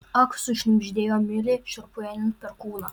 ak sušnibždėjo milė šiurpui einant per kūną